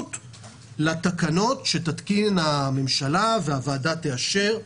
הסמכות לתקנות שתתקין הממשלה והוועדה תאשר,